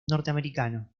norteamericano